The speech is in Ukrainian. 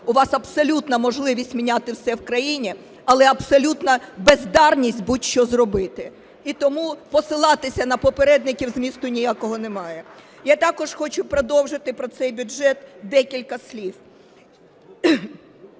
у вас абсолютна можливість міняти все в країні, але абсолютна бездарність будь-що зробити. І тому посилатися на попередників змісту ніякого немає. Я також хочу продовжити про цей бюджет декілька слів.